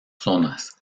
zonas